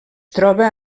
troba